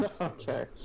Okay